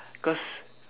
cause